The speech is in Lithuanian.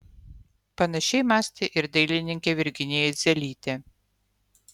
panašiai mąstė ir dailininkė virginija idzelytė